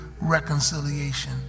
reconciliation